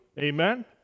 Amen